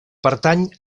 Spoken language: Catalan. pertany